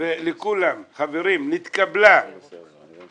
כאשר בישיבה זו התקבלה החלטה